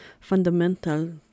fundamental